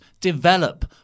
Develop